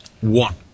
One